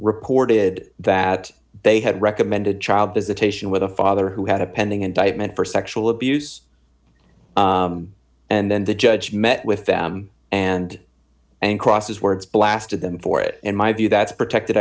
reported that they had recommended child visitation with a father who had a pending indictment for sexual abuse and then the judge met with them and and crosswords blasted them for it in my view that's protected